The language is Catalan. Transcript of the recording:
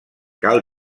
cal